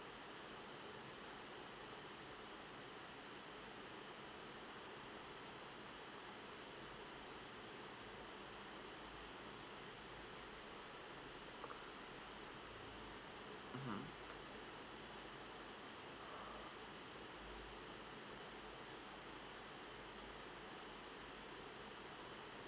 mmhmm